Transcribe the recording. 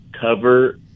cover